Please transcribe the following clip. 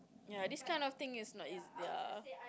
ya this kind of thing is not easy ya